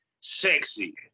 sexy